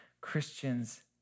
Christians